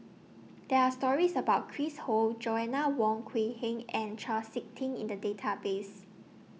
There Are stories about Chris Ho Joanna Wong Quee Heng and Chau Sik Ting in The Database